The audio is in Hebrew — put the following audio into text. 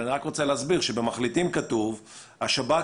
אני רק רוצה להסביר שבמחליטים כתוב: השב"כ